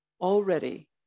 already